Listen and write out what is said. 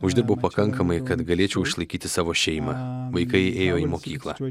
uždirbau pakankamai kad galėčiau išlaikyti savo šeimą vaikai ėjo į mokyklą